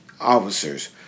officers